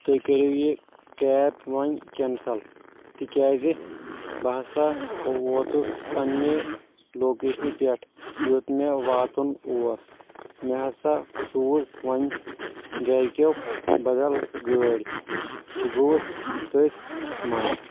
تُہۍ کٔرو یہِ کیب وۄنۍ کینسٕل تِکیاز بہٕ ہسا ووتُس پننہِ لوکیشنہِ پٮ۪ٹھ یوٚت مےٚ واتُن اوس مےٚ ہسا سوز وۄنۍ گرکٮ۪و بدل گٲڑۍ بہٕ گوٚوُس تٔتھۍ منٛز